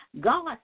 God